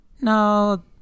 No